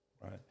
right